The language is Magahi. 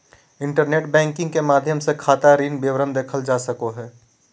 इंटरनेट बैंकिंग के माध्यम से खाता ऋण विवरण देखल जा सको हइ